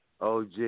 OG